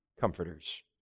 comforters